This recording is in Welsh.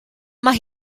mae